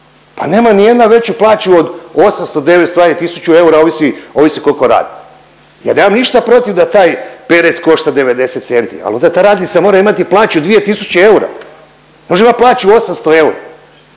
pa nemaju ni jedna veću plaću od 800, 900, ajde 1.000 eura, ovisi, ovisi koliko rade. Ja nemam ništa protiv da taj perec košta 90 centi ali onda ta radnica mora imati plaću 2.000 eura. Ne može imati plaću 800 eura.